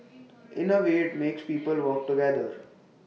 in A way IT makes people work together